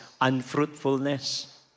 unfruitfulness